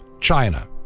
China